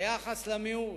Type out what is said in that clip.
היחס הקשה למיעוט,